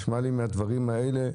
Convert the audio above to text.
נשמע לי מהדברים האלה,